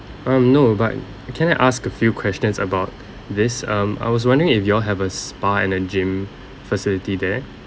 um no but can I ask a few questions about this um I was wondering if you all have a spa and a gym facility there